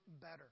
better